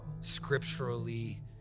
scripturally